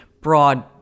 broad